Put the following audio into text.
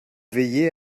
veiller